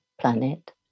planet